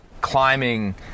climbing